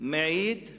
מעידה